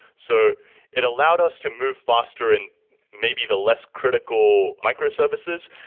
so it allowed us to move faster in maybe the less critical microservices,